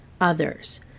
Others